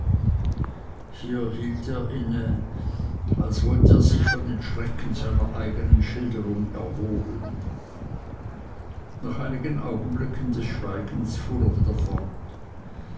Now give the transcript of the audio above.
hier hielt er inne als wollte er sich von den schrecken seiner eignen schilderung erholen nach einigen augenblicken schweigens fuhr er wieder fort